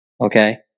okay